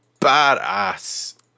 badass